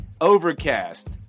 Overcast